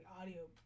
audio